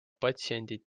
patsiendid